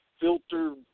filter